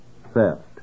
theft